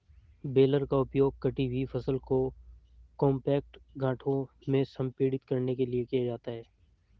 baler का उपयोग कटी हुई फसल को कॉम्पैक्ट गांठों में संपीड़ित करने के लिए किया जाता है